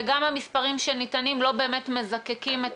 וגם המספרים שניתנים לא באמת מזקקים את